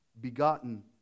Begotten